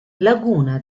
laguna